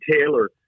Taylor